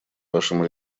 вашем